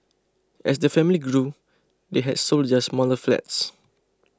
as the family grew they had sold their smaller flats